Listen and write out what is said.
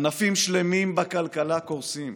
ענפים שלמים בכלכלה קורסים,